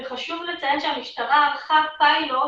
חשוב לציין שהמשטרה ערכה פיילוט